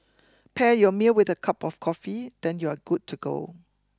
pair your meal with a cup of coffee then you're good to go